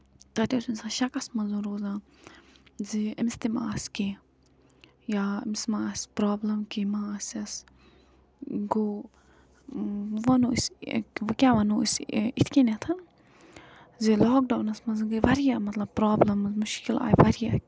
تَتہِ اوس اِنسان شکَس منٛز روزان زِ أمِس تہِ مہ آسہِ کیٚنہہ یا أمِس مہ آسہِ پرابِلم کیٚنہہ مہ آسیٚس گوٚو ونو أسۍ وۄنۍ کیٛاہ وَنو أسۍ یِتھ کٔنیٚتھ زِ لاکڈَونَس منٛز گٔے واریاہ مطلب پرابلِمٕز مُشکِل آیہِ واریاہ